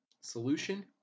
Solution